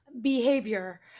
behavior